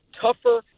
tougher